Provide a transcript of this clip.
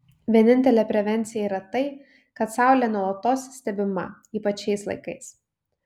vienintelė prevencija yra tai kad saulė nuolatos stebima ypač šiais laikais